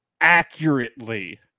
accurately